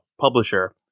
publisher